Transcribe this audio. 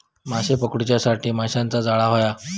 माशे पकडूच्यासाठी माशाचा जाळां होया